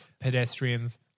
pedestrians